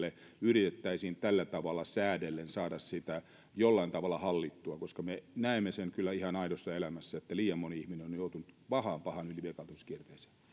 yrittää tällä tavalla säädellen saada jollain tavalla hallittua koska me näemme sen kyllä ihan aidossa elämässä että liian moni ihminen on joutunut pahaan pahaan ylivelkaantumiskierteeseen